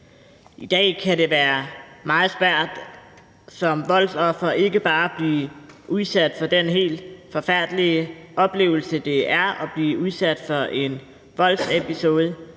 I dag kan det være meget svært for voldsofferet. Ikke bare bliver man udsat for den helt forfærdelige oplevelse, det er at blive udsat for en voldsepisode,